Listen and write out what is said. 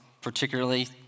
particularly